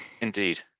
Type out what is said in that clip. Indeed